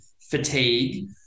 fatigue